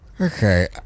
Okay